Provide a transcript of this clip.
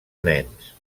nens